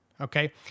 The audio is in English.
okay